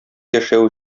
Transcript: яшәү